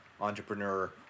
entrepreneur